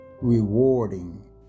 rewarding